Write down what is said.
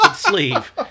sleeve